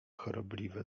chorobliwie